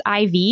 IV